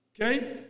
okay